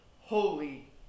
holy